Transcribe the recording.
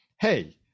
hey